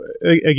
again